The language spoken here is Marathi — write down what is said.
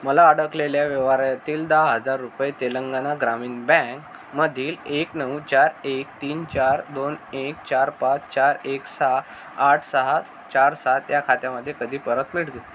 मला अडकलेल्या व्यवहारातील दहा हजार रुपये तेलंगणा ग्रामीण बँकमधील एक नऊ चार एक तीन चार दोन एक चार पाच चार एक सहा आठ सहा चार सात ह्या खात्यामध्ये कधी परत मिळतील